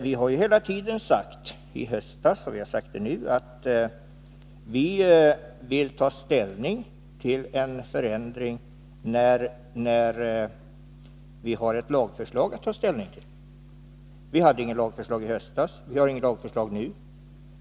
Vi har ju hela tiden sagt — i höstas lika väl som nu — att vi vill ta ställning till en förändring när vi har ett lagförslag att ta ställning till. Vi hade inget lagförslag i höstas, och vi har inget lagförslag nu.